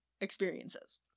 experiences